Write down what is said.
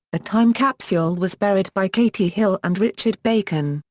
a time capsule was buried by katy hill and richard bacon,